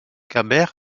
gabber